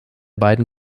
beiden